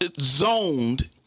zoned